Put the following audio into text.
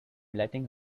letting